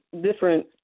different